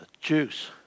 juice